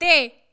ਅਤੇ